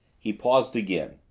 he paused again.